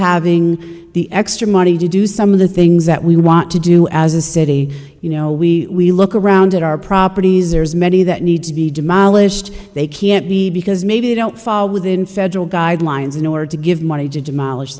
having the extra money to do some of the things that we want to do as a city you know we look around at our properties as many that need to be demolished they can't be because maybe they don't fall within federal guidelines in order to give money to demolish